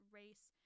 race